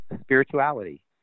Spirituality